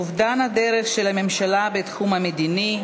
אובדן הדרך של הממשלה בתחום המדיני,